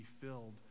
filled